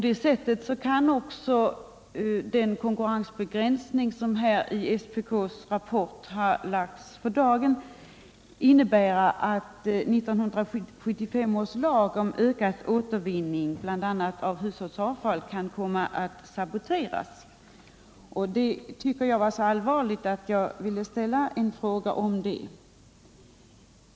Därför kan den konkurrensbegränsning som i SPK:s rapport har lagts i dagen komma att innebära att 1975 års lag om ökad återvinning bl.a. av hushållsavfall saboteras. Jag tyckte detta var så allvarliga perspektiv att jag ville ställa en fråga om det.